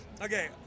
Okay